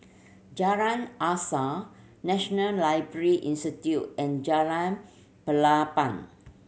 Jalan Asas National Library Institute and Jalan Pelepah